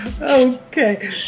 Okay